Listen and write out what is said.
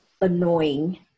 annoying